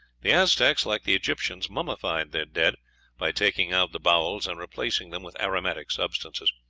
the aztecs, like the egyptians, mummified their dead by taking out the bowels and replacing them with aromatic substances.